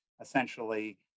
essentially